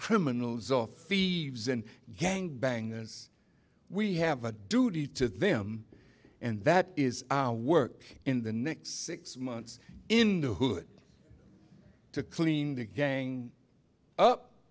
criminals or fevers and gang bangers we have a duty to them and that is our work in the next six months in the hood to clean the gang up